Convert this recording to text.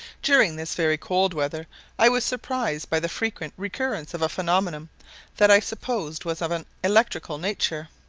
during this very cold weather i was surprised by the frequent recurrence of a phenomenon that i suppose was of an electrical nature.